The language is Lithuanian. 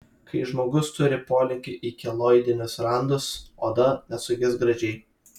kai žmogus turi polinkį į keloidinius randus oda nesugis gražiai